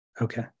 Okay